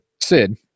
Sid